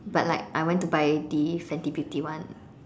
but like I went to buy the fenty beauty one